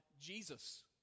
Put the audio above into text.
Jesus